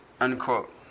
Unquote